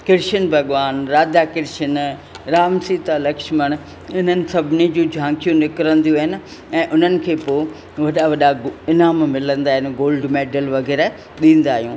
कृष्न भॻिवानु राधा कृष्न राम सीता लक्षमण हिननि सभिनी जूं झांकियूं निकिरंदियूं आहिनि ऐं उन्हनि खे पोइ वॾा वॾा इनाम मिलंदा आहिनि गोल्ड मैडल वग़ैरह ॾींदा आहियूं